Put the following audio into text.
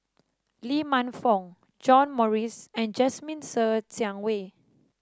Lee Man Fong John Morrice and Jasmine Ser Xiang Wei